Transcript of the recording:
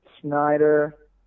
Snyder